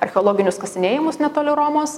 archeologinius kasinėjimus netoli romos